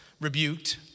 rebuked